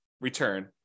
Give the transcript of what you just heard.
return